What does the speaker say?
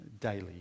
daily